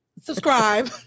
subscribe